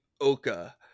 oka